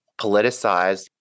politicized